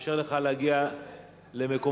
נאפשר לך להגיע למקומך.